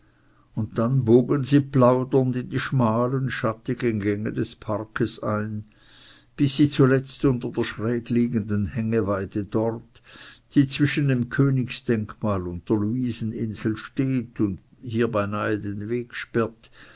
und dann bogen sie plaudernd in die schmalen schattigen gänge des parkes ein bis sie zuletzt unter der schrägliegenden hängeweide fort die zwischen dem königsdenkmal und der luiseninsel steht und hier beinahe den weg sperrt